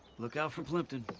look out for plimpton.